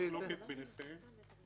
מחלוקת ביניכם,